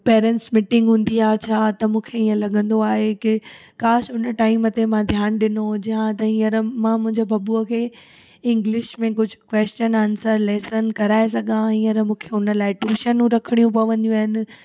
parents meetings हूंदी आ छा त मूंखे हीअं लॻंदो आहे की काश उन टाइम ते मां ध्यानु ॾिनो हुजे आ त हींअर मां मुंहिंजे बबूअ खे इंग्लिश में कुझु क्वैश्चन आंसर लेसन कराए सघां हा हींअर मूंखे उन लाइ टूशनूं रखिणी पवंदियूं आहिनि